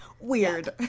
weird